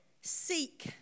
Seek